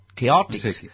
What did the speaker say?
chaotic